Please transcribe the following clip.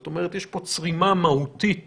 כלומר, יש פה צרימה מהותית